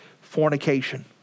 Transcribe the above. Fornication